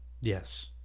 Yes